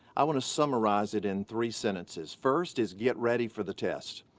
i wanna summarize it in three sentences. first is get ready for the test.